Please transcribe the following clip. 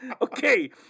Okay